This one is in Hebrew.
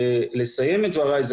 לסיים את דבריי היא